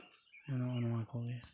ᱱᱚᱜᱼᱚ ᱱᱚᱣᱟ ᱠᱚᱜᱮ